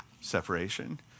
separation